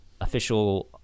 official